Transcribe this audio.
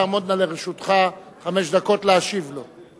תעמודנה לרשותך חמש דקות להשיב לו.